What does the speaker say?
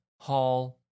hall